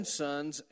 sons